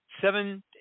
seven